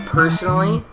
personally